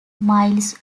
miles